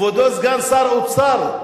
כבודו סגן שר אוצר.